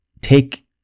take